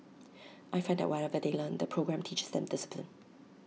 I find that whatever they learn the programme teaches them discipline